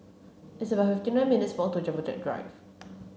it's about fifty nine minutes walk to Jumbo Jet Drive